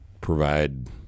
provide